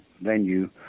venue